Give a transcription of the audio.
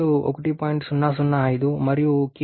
005 మరియు k 1